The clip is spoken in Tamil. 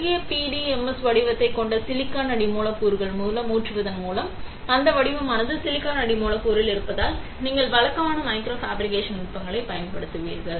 உருகிய PDMS ஐ வடிவத்தைக் கொண்ட சிலிக்கான் அடி மூலக்கூறு மீது ஊற்றுவதன் மூலம் அந்த வடிவமானது சிலிக்கான் அடி மூலக்கூறில் இருப்பதால் நீங்கள் வழக்கமான மைக்ரோ ஃபேப்ரிகேஷன் நுட்பங்களைப் பயன்படுத்துவீர்கள்